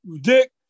Dick